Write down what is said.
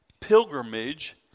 pilgrimage